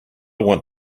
want